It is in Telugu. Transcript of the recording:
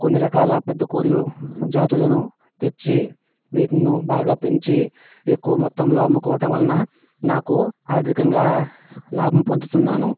కొన్ని రకాల పెద్ద కోళ్ళు జాతులను తెచ్చి వీటిని బాగా పెంచి ఎక్కువ మొత్తంలో అమ్ముకోవటం వలన నాకు ఆర్థికంగా లాభం పొందుతున్నాను